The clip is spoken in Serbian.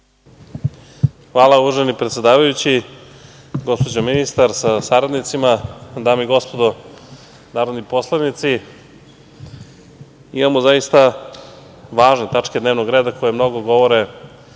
Hvala, uvaženi predsedavajući. Gospođo ministar sa saradnicima, dame i gospodo narodni poslanici, imamo zaista važne tačke dnevnog reda koje mnogo govore